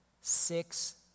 six